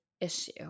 issue